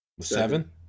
Seven